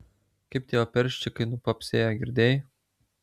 kaip tie operščikai nupopsėjo girdėjai